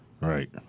Right